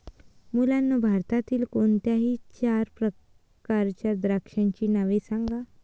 मुलांनो भारतातील कोणत्याही चार प्रकारच्या द्राक्षांची नावे सांगा